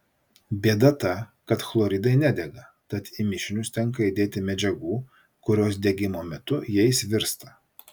bėda ta kad chloridai nedega tad į mišinius tenka įdėti medžiagų kurios degimo metu jais virsta